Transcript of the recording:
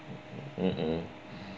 mmhmm